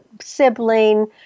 sibling